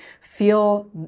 feel